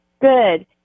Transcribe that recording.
Good